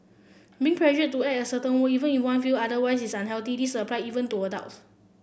being pressured to act a certain way even if one feels otherwise is unhealthy this apply even to adults